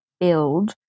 build